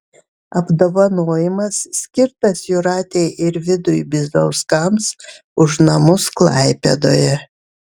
apdovanojimas skirtas jūratei ir vidui bizauskams už namus klaipėdoje